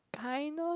kind of